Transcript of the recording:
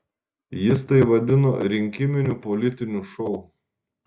jis tai vadino rinkiminiu politiniu šou